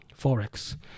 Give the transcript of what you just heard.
Forex